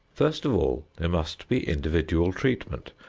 first of all there must be individual treatment.